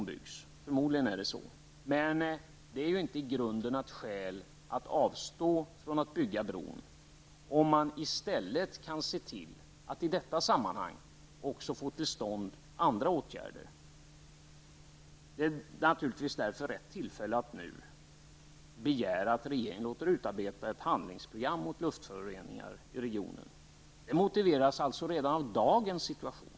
Men i grunden är det inte ett skäl för att avstå från att bygga denna bro om man i stället kan se till att olika åtgärder vidtas i detta sammanhang. Naturligtvis är det därför nu rätta tillfället att begära att regeringen låter utarbeta ett handlingsprogram för att motverka luftföroreningar i regionen. Ett sådant program motiveras redan av dagens situation.